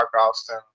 austin